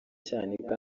cyanika